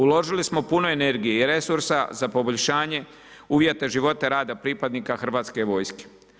Uložili smo puno energije i resursa za poboljšanje uvjeta života rada pripadnika Hrvatske vojske.